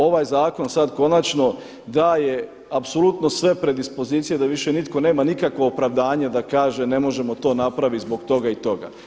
Ovaj zakon sada konačno daje apsolutno sve predispozicije da više nitko nema nikakvo opravdanje da kaže ne možemo to napraviti zbog toga i toga.